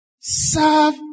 Serve